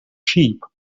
sheep